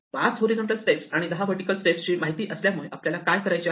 5 horizontal step आणि 10 vertical step माहिती असल्यामुळे आपल्याला काय करायचे आहे